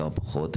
כמה פחות,